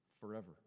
forever